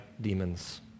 demons